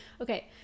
okay